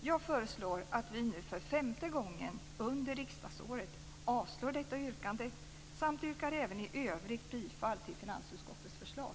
Jag föreslår att vi nu för femte gången under riksdagsåret avslår detta yrkande samt yrkar även i övrigt bifall till finansutskottets förslag.